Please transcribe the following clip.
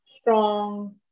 strong